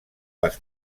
les